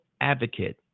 advocate